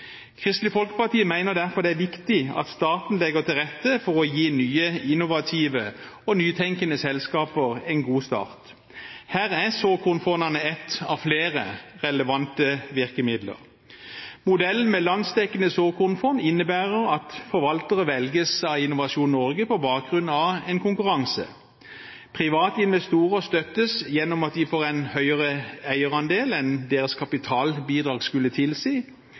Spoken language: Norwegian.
Kristelig Folkeparti mener derfor det er viktig at staten legger til rette for å gi nye innovative og nytenkende selskaper en god start. Her er såkornfondene et av flere relevante virkemidler. Modellen med landsdekkende såkornfond innebærer at forvaltere velges av Innovasjon Norge på bakgrunn av en konkurranse. Private investorer støttes gjennom at de får en høyere eierandel enn deres kapitalbidrag skulle tilsi.